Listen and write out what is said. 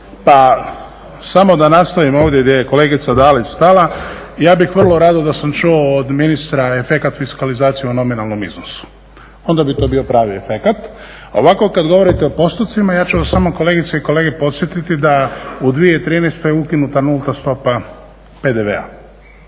Pa samo da nastavim ovdje gdje je kolegica Dalić stala. Ja bih vrlo rado da sam čuo od ministra efekat fiskalizacije u nominalnom iznosu, onda bi to bio pravi efekat. A ovako kad govorite o postotcima ja ću vas samo kolegice i kolege podsjetiti da u 2013. je ukinuta nulta stopa PDV-a